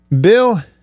Bill